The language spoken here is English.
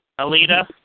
Alita